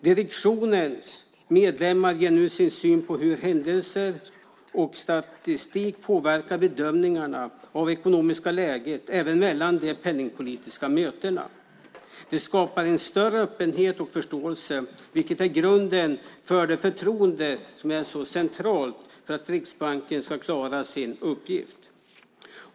Direktionens medlemmar ger nu sin syn på hur händelser och statistik påverkar bedömningarna av det ekonomiska läget även mellan de penningpolitiska mötena. Det skapar en större öppenhet och förståelse, vilket är grunden för det förtroende som är så centralt för att Riksbanken ska klara sin uppgift.